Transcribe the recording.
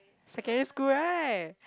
secondary school right